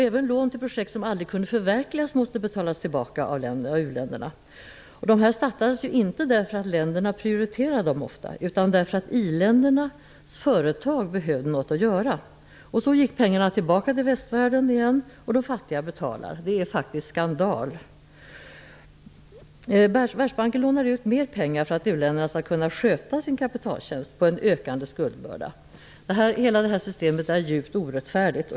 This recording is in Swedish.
Även lån till projekt som aldrig kunde förverkligas måste betalas tillbaka av u-länderna. Dessa startades ofta inte därför att länderna prioriterade dem, utan därför att i-ländernas företag behövde något att göra. På det sättet gick pengarna tillbaka till västvärlden igen, och de fattiga betalar. Det är faktiskt skandal! Världsbanken lånar ut mer pengar för att uländerna skall kunna sköta kapitaltjänsten på en ökande skuldbörda. Hela systemet är djupt orättfärdigt.